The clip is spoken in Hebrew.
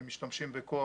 הם משתמשים בכוח.